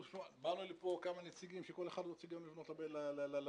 אבל מצד שני גם אנחנו לא שולטים על בית משפט.